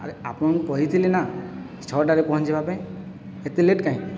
ଆରେ ଆପଣଙ୍କୁ କହିଥିଲି ନା ଛଅଟାରେ ପହଞ୍ଚିବା ପାଇଁ ଏତେ ଲେଟ୍ କାହିଁକି